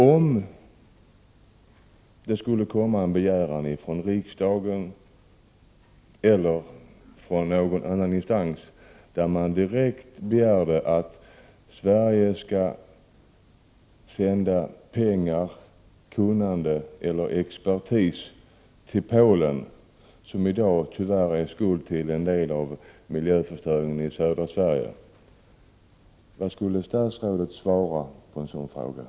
Om det skulle komma en begäran från riksdagen eller från någon annan instans om att Sverige skall sända pengar, kunnande eller expertis till Polen, som i dag tyvärr är skuld till en del av miljöförstöringen i södra Sverige, vad skulle statsrådet svara på en sådan begäran?